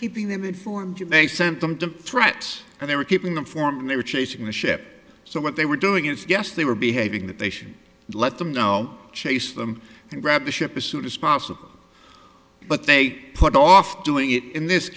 keeping them informed you they sent them to threats and they were keeping them form they were chasing the ship so what they were doing is yes they were behaving that they should let them now chase them and grab the ship as soon as possible but they put off doing it in this